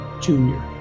Junior